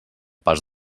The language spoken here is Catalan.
pas